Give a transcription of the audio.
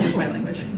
my language.